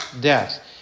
death